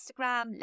Instagram